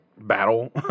battle